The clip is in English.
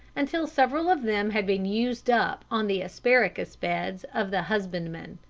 until several of them had been used up on the asparagus-beds of the husbandman.